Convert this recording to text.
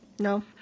No